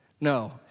No